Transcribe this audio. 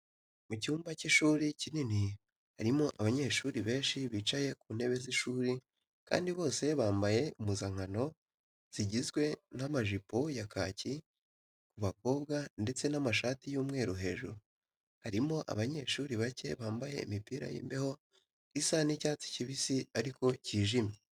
Mu cyumba cy'ishuri kinini harimo abanyeshuri benshi bicaye ku ntebe z'ishuri kandi bose bambaye impuzankano zigizwe n'amajipo ya kaki ku bakobwa ndetse n'amashati y'umweru hejuru. Harimo abanyeshuri bacye bambaye imipira y'imbeho isa n'icyatsi kibisi ariko kijimye.